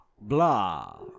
Blah